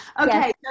okay